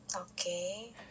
Okay